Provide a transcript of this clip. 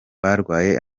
barwaye